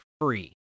free